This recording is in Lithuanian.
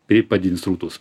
reik padidint srautus